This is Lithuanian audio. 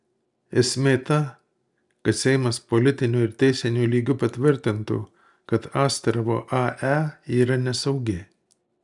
esmė ta kad seimas politiniu ir teisiniu lygiu patvirtintų kad astravo ae yra nesaugi